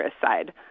side